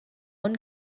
own